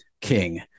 King